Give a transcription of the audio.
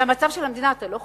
מהמצב של המדינה אתה לא חושש?